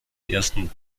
ersten